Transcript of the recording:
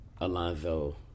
Alonzo